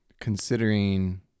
considering